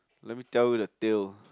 let me tell you the tale